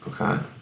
Okay